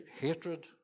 hatred